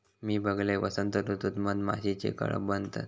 मी बघलंय, वसंत ऋतूत मधमाशीचे कळप बनतत